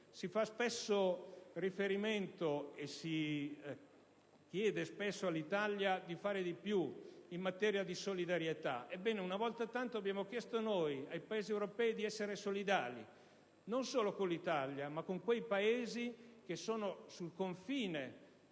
Si fa spesso riferimento e si chiede spesso all'Italia di fare di più in materia di solidarietà. Ebbene, una volta tanto abbiamo chiesto noi ai Paesi europei di farlo, non solo con l'Italia, ma con quei Paesi situati sul confine